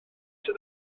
sydd